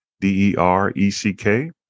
D-E-R-E-C-K